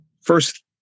first